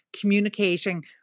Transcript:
communicating